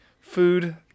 food